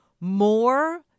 more